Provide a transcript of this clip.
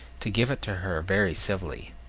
to give it to her very civilly.